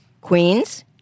queens